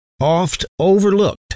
oft-overlooked